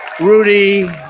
Rudy